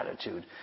attitude